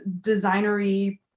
designery